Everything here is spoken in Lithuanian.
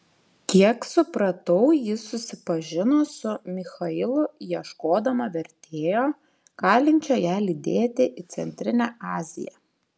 kiek supratau ji susipažino su michailu ieškodama vertėjo galinčio ją lydėti į centrinę aziją